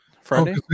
Friday